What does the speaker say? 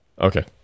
Okay